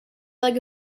like